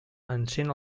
encén